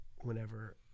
whenever